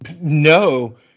no